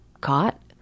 caught